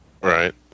Right